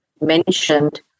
mentioned